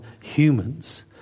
humans